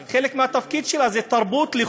אולי תדברי על תרבות ותראי את התרבות של,